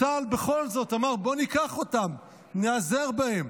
אז צה"ל בכל זאת אמר: בוא ניקח אותם, ניעזר בהם.